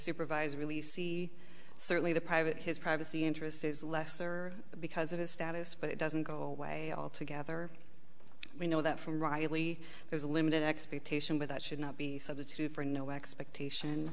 supervisor really see certainly the private his privacy interests is lesser because of his status but it doesn't go away all together we know that from riley there's a limited expectation but that should not be substitute for no expectation